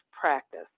practice